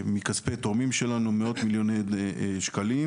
מכספי תורמים שלנו בעלות של מאות מיליוני שקלים.